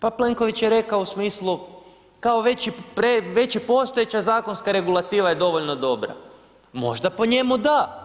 pa Plenković je rekao u smislu, kao, već i postojeća zakonska regulativa je dovoljno dobra, možda po njemu da.